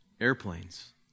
Airplanes